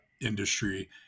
industry